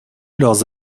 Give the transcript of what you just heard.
leurs